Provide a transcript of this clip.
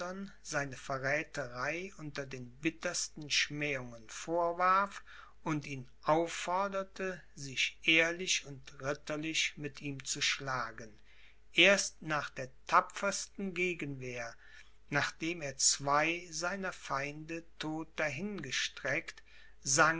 seine verrätherei unter den bittersten schmähungen vorwarf und ihn aufforderte sich ehrlich und ritterlich mit ihm zu schlagen erst nach der tapfersten gegenwehr nachdem er zwei seiner feinde todt dahin